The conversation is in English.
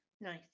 Nice